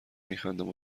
میخندم